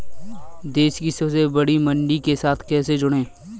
देश की सबसे बड़ी मंडी के साथ कैसे जुड़ें?